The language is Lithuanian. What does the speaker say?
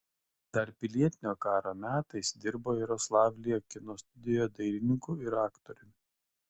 dar pilietinio karo metais dirbo jaroslavlyje kino studijoje dailininku ir aktoriumi